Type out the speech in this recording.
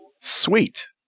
Sweet